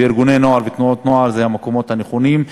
וארגוני נוער ותנועות נוער אלה המקומות הנכונים,